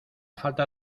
falta